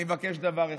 אני מבקש דבר אחד: